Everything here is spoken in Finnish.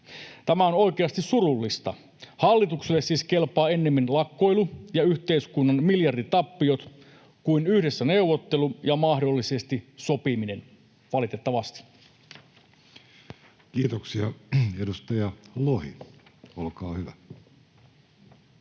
Tämä on oikeasti surullista. Hallitukselle siis kelpaa ennemmin lakkoilu ja yhteiskunnan miljarditappiot kuin yhdessä neuvottelu ja mahdollisesti sopiminen — valitettavasti. Kiitoksia. — Edustaja Lohi, olkaa hyvä.